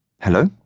Hello